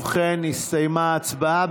ובכן, הסתיימה ההצבעה.